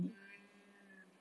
mm